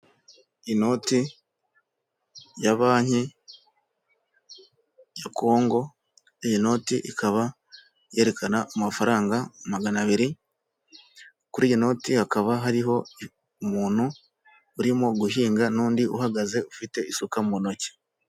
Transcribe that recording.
Inoti ya banki ya Kongo iyi noti ikaba yerekana amafaranga magana abiri, kuri iyi noti hakaba hariho umuntu urimo guhinga n'undi uhagaze ufite isuka mu ntoki.